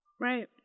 Right